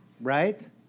right